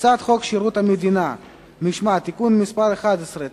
הצעת חוק שירות המדינה (משמעת) (תיקון מס' 11),